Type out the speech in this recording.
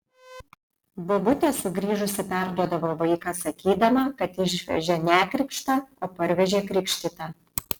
bobutė sugrįžusi perduodavo vaiką sakydama kad išvežė nekrikštą o parvežė krikštytą